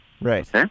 Right